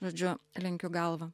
žodžiu lenkiu galvą